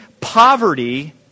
poverty